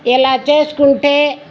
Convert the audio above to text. ఎలా చేసుకుంటే